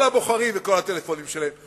כל הבוחרים וכל הטלפונים שלהם.